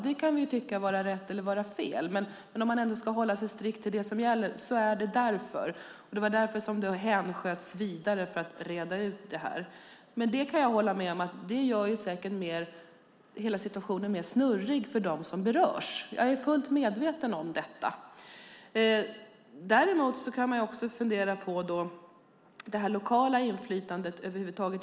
Vi kan tycka att det är rätt eller fel, men om man ska hålla sig strikt till det som gäller var det därför som det hänsköts vidare för att redas ut. Men jag kan hålla med om att det säkert gör hela situationen mer snurrig för dem som berörs. Jag är fullt medveten om detta. Däremot kan man fundera på det lokala inflytandet över huvud taget.